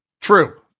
True